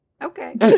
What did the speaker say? Okay